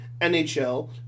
NHL